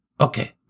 Okay